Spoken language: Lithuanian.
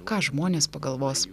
ką žmonės pagalvos